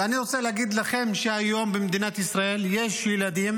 ואני רוצה להגיד לכם שהיום במדינת ישראל יש ילדים